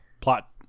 plot